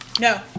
No